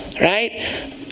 right